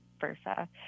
versa